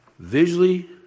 Visually